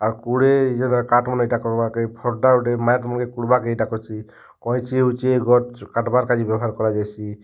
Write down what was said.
ଆଉ କୁଢ଼େ ଯେନ୍ତା କାଠ୍ ମାନେ ଏଟା କର୍ବାର୍କେ ଫର୍ଡ଼ା ଗୁଟେ ମାଏଟ୍ ମାନେ ଖୁଳ୍ବାକେ ଇଟା କର୍ସି କଇଁଚି ହେଉଛି ଗଛ୍ କାଟ୍ବାର୍ କାଯେ ବେବ୍ହାର୍ କରାଯାଏସି